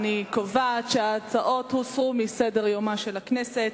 אני קובעת שההצעות הוסרו מסדר-יומה של הכנסת.